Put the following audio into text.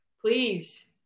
Please